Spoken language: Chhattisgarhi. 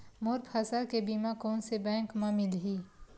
मोर फसल के बीमा कोन से बैंक म मिलही?